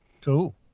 Cool